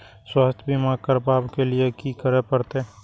स्वास्थ्य बीमा करबाब के लीये की करै परतै?